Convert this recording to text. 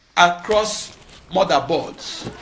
across motherboards.